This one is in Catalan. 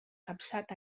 capçat